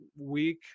week